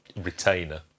retainer